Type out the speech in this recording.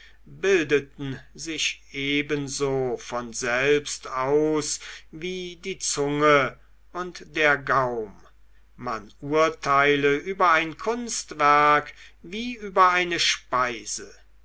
bildeten sich ebenso von selbst aus wie die zunge und der gaum man urteile über ein kunstwerk wie über eine speise